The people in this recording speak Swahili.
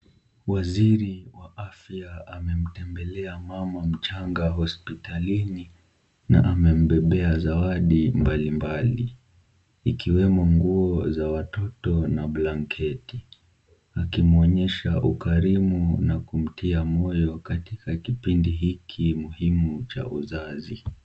Waziri wa afya amemtembelea mama mchanga hospitalini na amembebea zawadi mbalimbali ikiwemo nguo za watoto na blanketi akimwonyesha ukarimu na kumtia moyo katika kipindi hiki muhimu cha uzazi.